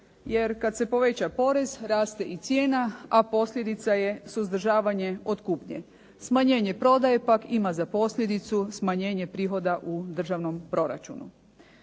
jer kad se poveća porez raste i cijena, a posljedica je suzdržavanje od kupnje. Smanjenje prodaje pak ima za posljedicu smanjenje prihoda u državnom proračunu.